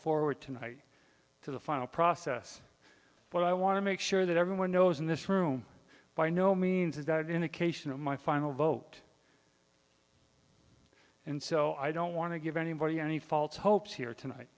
forward tonight to the final process but i want to make sure that everyone knows in this room by no means is that an indication of my final vote and so i don't want to give anybody any false hopes here tonight